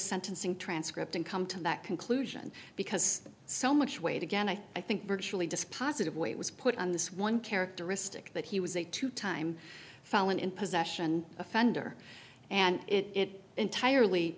sentencing transcript and come to that conclusion because so much weight again i think virtually dispositive weight was put on this one characteristic that he was a two time felon in possession offender and it entirely